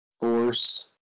force